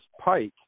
Pike